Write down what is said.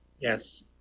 Yes